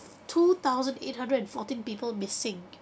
two thousand eight hundred and fourteen people missing